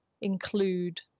include